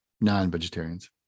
non-vegetarians